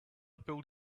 pulled